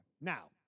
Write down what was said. Now